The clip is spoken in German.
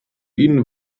ihnen